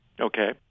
Okay